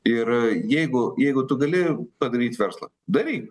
ir jeigu jeigu tu gali padaryt verslą daryk